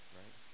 right